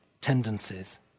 tendencies